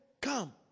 come